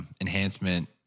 enhancement